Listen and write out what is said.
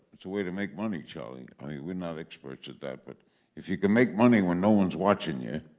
it's a way to make money, charley. i mean we're not experts at that. but if you can make money when no one is watching you,